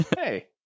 Hey